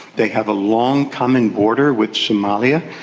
they have a long common border with somalia,